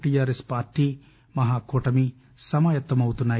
TRS పార్లీ మహాకూటమి సమాయత్తమవుతున్నాయి